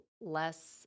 less